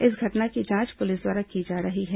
इस घटना की जांच पुलिस द्वारा की जा रही है